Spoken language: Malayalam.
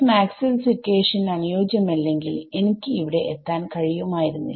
മാക്സ്വെൽസ് ഇക്വാഷൻ Maxwells equationഅനുയോജ്യമല്ലെങ്കിൽ എനിക്ക് ഇവിടെ എത്താൻ കഴിയുമായിരുന്നില്ല